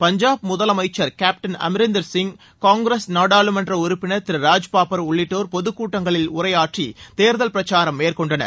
பஞ்சாப் முதலனமச்சர் கேப்டன் அம்ரீந்தர் சிங் காங்கிரஸ் நாடாளுமன்ற உறுப்பினர் திரு ராஜ்பாப்பர் உள்ளிட்டோர் பொதுக்கூட்டங்களில் உரையாற்றி தேர்தல் பிரச்சாரம் மேற்கொண்டனர்